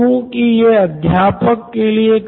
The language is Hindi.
एक दम सही तो यह स्कूल अध्यापकों के लिए हुआ